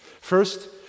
First